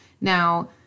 Now